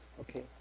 Okay